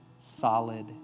solid